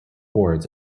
boards